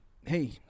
hey